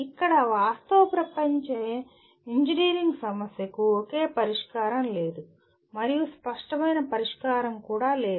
ఇక్కడ వాస్తవ ప్రపంచ ఇంజనీరింగ్ సమస్యకు ఒకే పరిష్కారం లేదు మరియు స్పష్టమైన పరిష్కారం కూడా లేదు